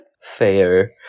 Fair